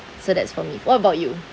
so that's for me what about you